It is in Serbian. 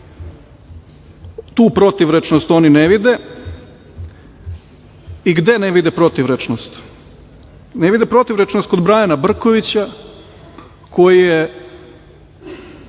tu protivrečenost oni ne vide i gde ne vide protivrečenost. Ne vide protivrečenost kod Brajana Brkovića koji je